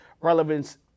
relevance